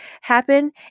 happen